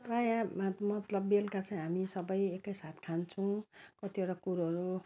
प्रायः मतलब बेलुका चाहिँ हामी सबै एक साथ खान्छौँ कतिवटा कुरोहरू